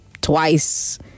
twice